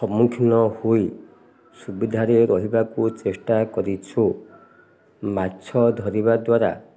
ସମ୍ମୁଖୀନ ହୋଇ ସୁବିଧାରେ ରହିବାକୁ ଚେଷ୍ଟା କରିଛୁ ମାଛ ଧରିବା ଦ୍ୱାରା